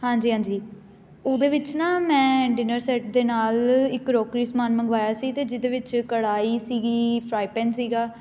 ਹਾਂਜੀ ਹਾਂਜੀ ਉਹਦੇ ਵਿੱਚ ਨਾ ਮੈਂ ਡਿਨਰ ਸੈੱਟ ਦੇ ਨਾਲ਼ ਇੱਕ ਕਰੋਕਰੀ ਸਮਾਨ ਮੰਗਵਾਇਆ ਸੀ ਅਤੇ ਜਿਹਦੇ ਵਿੱਚ ਕੜਾਹੀ ਸੀਗੀ ਫਰਾਈ ਪੈਨ ਸੀਗਾ